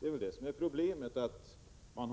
Fru talman! Problemet är väl att man